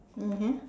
mmhmm